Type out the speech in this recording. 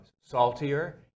saltier